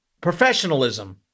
professionalism